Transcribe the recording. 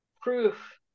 proof